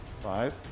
Five